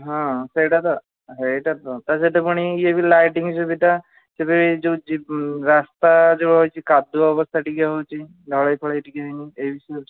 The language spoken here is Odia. ହଁ ସେଇଟା ତ ସେଇଟା ତ ତା ସହିତ ପୁଣି ଇଏ ବି ଲାଇଟିଙ୍ଗ ସୁବିଧା ଏବେ ଯେଉଁ ଯିବୁ ରାସ୍ତା ଯେଉଁ ହୋଇଛି କାଦୁଅ ଅବସ୍ଥା ଟିକେ ହେଉଛି ଢ଼ଳେଇ ଫଳେଇ ଟିକେ ହେଇନି ଏହିସବୁ